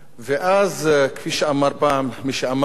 ואז, כפי שאמר פעם מי שאמר,